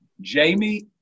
Jamie